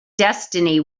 destiny